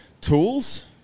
tools